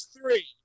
three